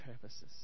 purposes